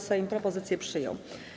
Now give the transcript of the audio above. Sejm propozycję przyjął.